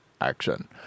action